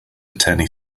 attorney